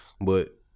but-